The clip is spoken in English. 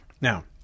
Now